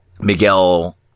Miguel